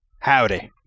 Howdy